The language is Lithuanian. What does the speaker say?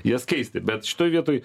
jas keisti bet šitoj vietoj